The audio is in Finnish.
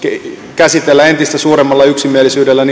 käsitellä entistä suuremmalla yksimielisyydellä